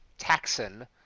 taxon